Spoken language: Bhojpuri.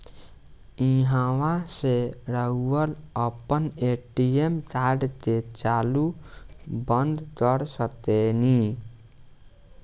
ईहवा से रऊआ आपन ए.टी.एम कार्ड के चालू बंद कर सकेनी